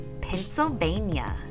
Pennsylvania